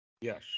Yes